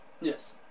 Yes